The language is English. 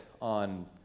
on